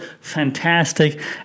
fantastic